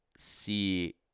see